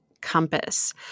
Compass